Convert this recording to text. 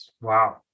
Wow